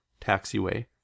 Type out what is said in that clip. taxiway